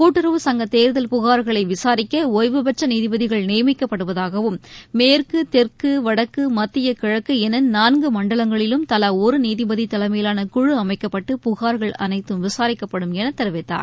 கூட்டுறவு சங்கத் தேர்தல் புகார்களை விசாரிக்க ஒய்வு பெற்ற நீதிபதிகள் நியமிக்கப்படுவதாகவும் மேற்கு தெற்கு வடக்கு மத்திய கிழக்கு என நான்கு மண்டலங்களிலும் தலா ஒரு நீதிபதி தலைமையிலான குழு அமைக்கப்பட்டு புகார்கள் அனைத்தும் விசாரிக்கப்படும் எனத் தெரிவித்தார்